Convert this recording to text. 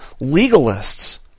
legalists